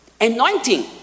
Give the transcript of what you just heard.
Anointing